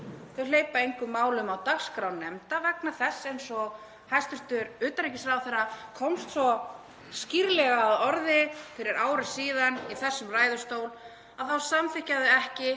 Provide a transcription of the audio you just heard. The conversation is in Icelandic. Þau hleypa engum málum á dagskrá nefnda vegna þess að, eins og hæstv. utanríkisráðherra komst svo skýrt að orði fyrir ári síðan í þessum ræðustól, þau samþykkja ekki